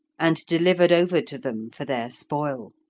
and delivered over to them for their spoil.